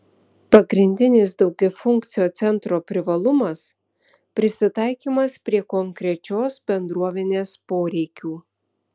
pagrindinis daugiafunkcio centro privalumas prisitaikymas prie konkrečios bendruomenės poreikių